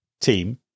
team